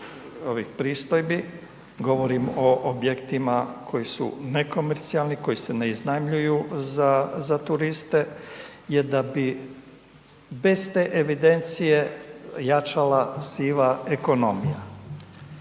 ovih pristojbi, govorim o objektima koji su nekomercijalni koji se ne iznajmljuju za turiste, je da bi bez te evidencije jačala siva ekonomija.